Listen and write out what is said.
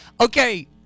Okay